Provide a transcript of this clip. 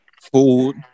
food